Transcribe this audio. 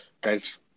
guys